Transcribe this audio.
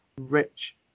rich